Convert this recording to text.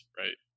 right